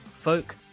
folk